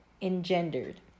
engendered